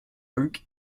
oak